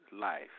life